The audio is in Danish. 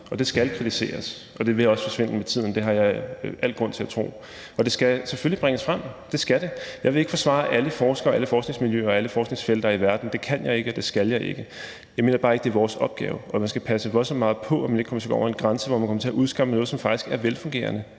er et faktum, og det skal kritiseres. Det vil også forsvinde med tiden, det har jeg al grund til at tro. Det skal selvfølgelig bringes frem. Jeg vil ikke forsvare alle forskere, alle forskningsmiljøer og alle forskningsfelter i verden – det kan jeg ikke, og det skal jeg ikke. Jeg mener bare ikke, det er vores opgave. Og man skal passe voldsomt meget på, at man ikke kommer til at gå over en grænse, hvor man kommer til at udskamme noget, som faktisk er velfungerende,